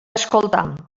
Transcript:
escoltar